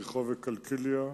יריחו וקלקיליה,